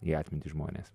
į atmintį žmonės